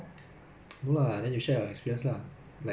a~ it's not really a C_C_A it's more like a